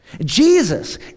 Jesus